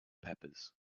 peppers